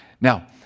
Now